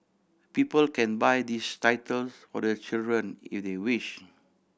people can buy these titles for their children if they wish